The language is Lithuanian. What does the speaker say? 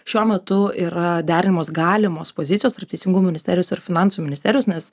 šiuo metu yra derinamos galimos pozicijos tarp teisingumo ministerijos ir finansų ministerijos nes